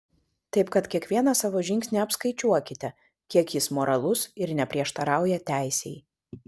taip kad kiekvieną savo žingsnį apskaičiuokite kiek jis moralus ir neprieštarauja teisei